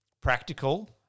practical